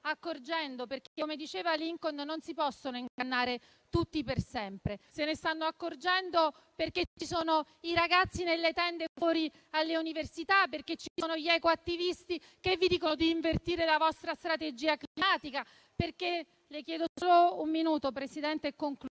accorgendo, perché - come diceva Lincoln - non si possono ingannare tutti per sempre. Se ne stanno accorgendo, perché ci sono i ragazzi nelle tende fuori dalle università, perché ci sono gli ecoattivisti che vi dicono di invertire la vostra strategia climatica, perché - le chiedo solo un minuto, Presidente, e concludo